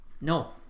no